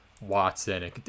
Watson